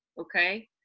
Okay